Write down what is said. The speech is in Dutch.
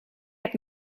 heb